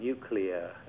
nuclear